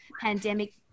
pandemic